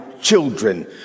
children